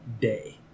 day